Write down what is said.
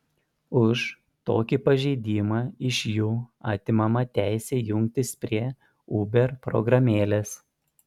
už tokį pažeidimą iš jų atimama teisė jungtis prie uber programėlės